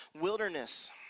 wilderness